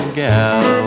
gal